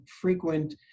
frequent